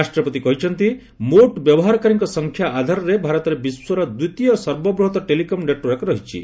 ରାଷ୍ଟ୍ରପତି କହିଛନ୍ତି ମୋଟ ବ୍ୟବହାରକାରୀଙ୍କ ସଂଖ୍ୟା ଆଧାରରେ ଭାରତରେ ବିଶ୍ୱର ଦ୍ୱିତୀୟ ସର୍ବବୃହତ୍ ଟେଲିକମ୍ ନେଟ୍ୱକ୍ ରହିଛି